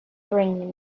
bring